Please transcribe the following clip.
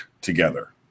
together